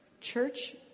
church